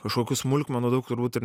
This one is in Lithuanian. kažkokių smulkmenų daug turbūt ir